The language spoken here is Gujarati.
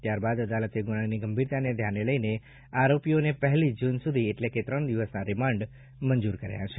ત્યાર બાદ અદાલતે ગુનાની ગંભીરતાને ધ્યાને લઈ આરોપીઓને પહેલી જુન સુધી એટલે કે ત્રણ દિવસના રિમાન્ડ મંજૂર કર્યા છે